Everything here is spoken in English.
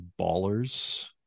Ballers